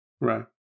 Right